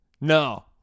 No